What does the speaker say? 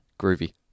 Groovy